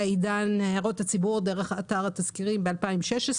עידן הערות הציבור - דרך אתר התזכירים ב-2016,